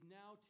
now